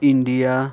India